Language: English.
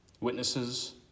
Witnesses